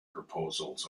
proposals